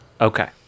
Okay